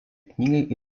knygą